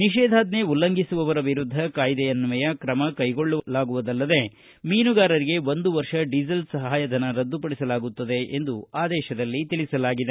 ನಿಷೇಧಾಜ್ಞೆ ಉಲ್ಲಂಘಿಸುವವರ ವಿರುದ್ದ ಕಾಯ್ದೆ ಅನ್ವಯ ಕ್ರಮ ಕೈಗೊಳ್ಳಲಾಗುವುದಲ್ಲದೆ ಮೀನುಗಾರರಿಗೆ ಒಂದು ವರ್ಷ ಡೀಸೆಲ್ ಸಹಾಯಧನ ರದ್ದುಪಡಿಸಲಾಗುತ್ತದೆ ಎಂದು ಆದೇಶದಲ್ಲಿ ತಿಳಿಸಲಾಗಿದೆ